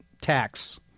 tax